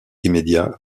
immédiat